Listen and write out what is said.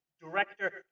director